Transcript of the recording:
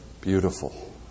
beautiful